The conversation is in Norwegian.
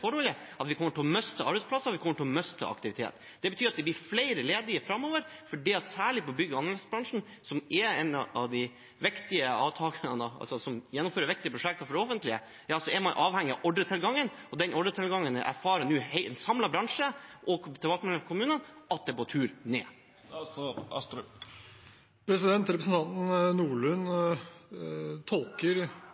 til at vi kommer til å miste arbeidsplasser, vi kommer til å miste aktivitet. Det betyr at det blir flere ledige framover, særlig i bygg- og anleggsbransjen, som er blant dem som gjennomfører viktige prosjekter for det offentlige. Da er man avhengig av ordretilgangen, og den ordretilgangen erfarer nå en samlet bransje, også i tilbakemeldingene fra kommunene, er på tur ned. Representanten Nordlund